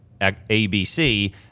ABC